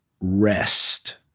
rest